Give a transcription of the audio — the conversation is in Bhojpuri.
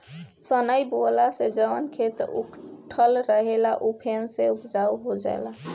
सनई बोअला से जवन खेत उकठल रहेला उ फेन से उपजाऊ हो जाला